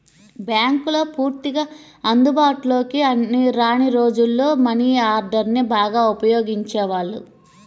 బ్యేంకులు పూర్తిగా అందుబాటులోకి రాని రోజుల్లో మనీ ఆర్డర్ని బాగా ఉపయోగించేవాళ్ళు